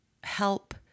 help